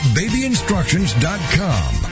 babyinstructions.com